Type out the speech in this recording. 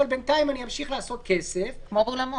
אבל בינתיים אני אמשיך לעשות כסף -- כמו אולמות.